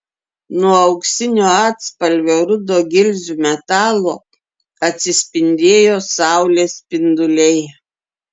nuo auksinio atspalvio rudo gilzių metalo atsispindėjo saulės spinduliai